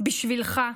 בשבילך.